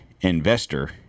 investor